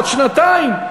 עוד שנתיים.